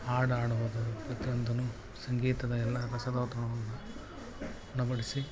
ಹಾಡ್ ಹಾಡುವುದು ಪ್ರತಿಯೊಂದೂನು ಸಂಗೀತದ ಎಲ್ಲ ರಸದೌತಣವನ್ನು ಉಣಬಡಿಸಿ